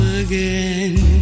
again